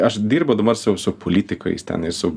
aš dirbu dabar su su politikais ten ir su